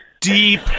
deep